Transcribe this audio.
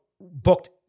booked